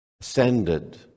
ascended